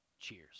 cheers